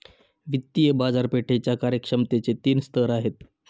वित्तीय बाजारपेठेच्या कार्यक्षमतेचे तीन स्तर आहेत